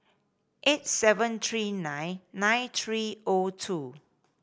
eight seven three nine nine three O two